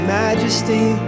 majesty